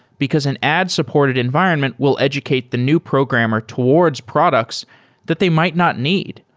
because an ad-supported environment will educate the new programmer towards products that they might not need.